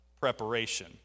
preparation